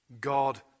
God